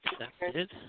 accepted